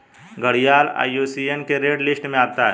घड़ियाल आई.यू.सी.एन की रेड लिस्ट में आता है